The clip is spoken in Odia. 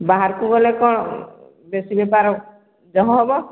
ବାହାରକୁ ଗଲେ କ'ଣ ଦେଶୀ ବେପାର ଯହ ହେବ